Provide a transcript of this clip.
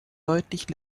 deutlich